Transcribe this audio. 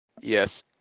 Yes